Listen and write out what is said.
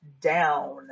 down